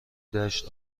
دشت